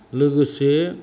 लोगोसे